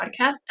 podcast